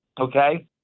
Okay